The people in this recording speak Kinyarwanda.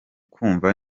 kumva